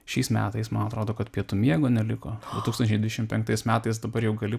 šiais metais man atrodo kad pietų miego neliko du tūkstančiai dvidešimt penktais metais dabar jau gali